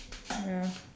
ya